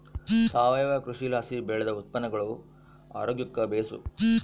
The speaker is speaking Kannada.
ಸಾವಯವ ಕೃಷಿಲಾಸಿ ಬೆಳ್ದ ಉತ್ಪನ್ನಗುಳು ಆರೋಗ್ಯುಕ್ಕ ಬೇಸು